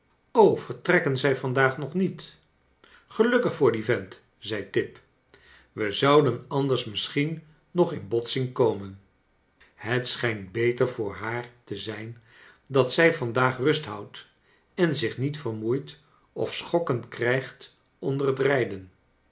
vertrekken zij vandaag nog niet gelukkig voor dien vent zei tip we zouden anders misschien nog in botsing komen het schijnt beter voor haar te zijn dat zij vandaag rust houdt en zich niet vermoeit of sohokken krijgt onder het rijden